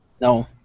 No